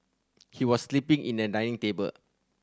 he was sleeping in a dining table